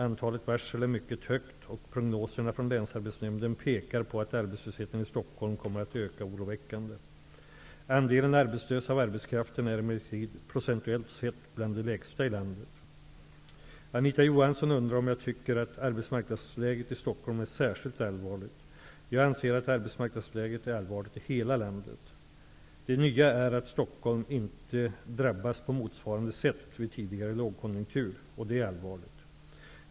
Antalet varsel är mycket högt och prognoserna från Länsarbetsnämnden pekar på att arbetslösheten i Stockholm kommer att öka oroväckande. Andelen arbetslösa av arbetskraften är emellertid procentuellt sett bland de lägsta i landet. Anita Johansson undrar om jag tycker att arbetsmarknadsläget i Stockholm är särskilt allvarligt. Jag anser att arbetsmarknadsläget är allvarligt i hela landet. Det nya är att Stockholm inte drabbats på motsvarande sätt vid tidigare lågkonjunkturer. Och det är allvarligt.